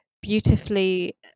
beautifully